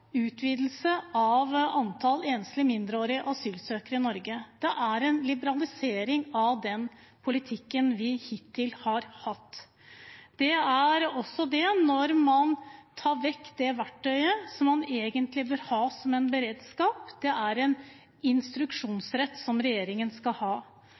utvidelse av antallet enslige mindreårige asylsøkere i Norge. Det er en liberalisering av den politikken vi hittil har hatt. Det er også en liberalisering når man tar vekk det verktøyet som man egentlig bør ha som en beredskap: en instruksjonsrett som regjeringen skal ha.